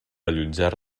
allotjar